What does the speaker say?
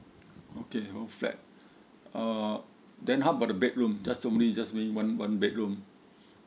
okay whole flat uh then how about the bedroom just only just only one one bedroom